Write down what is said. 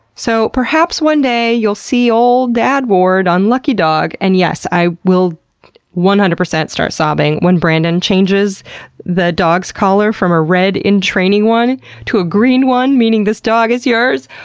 so perhaps one day you'll see ol' dad ward on lucky dog, and yes i will one hundred percent start sobbing when brandon changes the dog's collar from a red in training one to a green one, meaning this dog is yours.